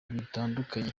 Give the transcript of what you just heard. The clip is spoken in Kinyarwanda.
bitandukanye